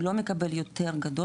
הוא לא מקבל יותר גדול,